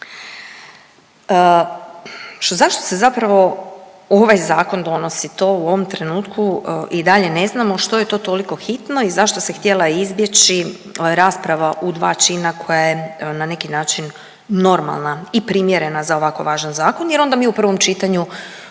zašto se zapravo ovaj Zakon donosi, to u ovom trenutku i dalje ne znamo, što je to toliko hitno i zašto se htjela izbjeći rasprava u 2 čina koja je na neki način normalna i primjerena za ovako važan zakon jer onda mi u prvom čitanju